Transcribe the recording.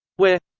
where